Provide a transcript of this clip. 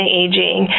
aging